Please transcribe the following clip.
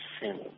sin